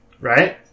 Right